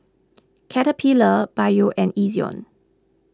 Caterpillar Biore and Ezion